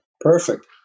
Perfect